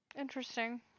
Interesting